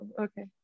okay